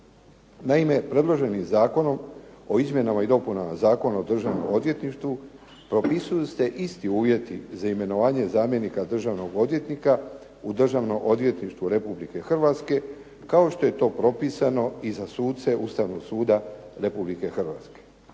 Naime predloženim zakonom o izmjenama i dopunama Zakona o Državnom odvjetništvu propisuju se isti uvjeti za imenovanje zamjenika državnog odvjetnika u Državno odvjetništvo Republike Hrvatske, kao što je to propisano i za suce Ustavnog suda Republike Hrvatske.